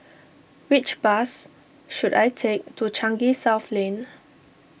which bus should I take to Changi South Lane